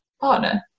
partner